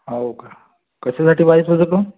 हो का कशासाठी पाहिजे होतं